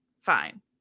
fine